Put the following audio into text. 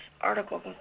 article